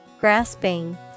Grasping